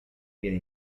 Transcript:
viene